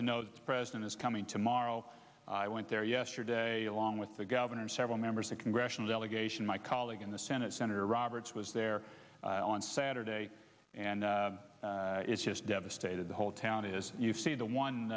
to know the president is coming tomorrow i went there yesterday along with the governor several members of congressional delegation my colleague in the senate senator roberts was there on saturday and it's just devastated the whole town is you see the one